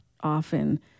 often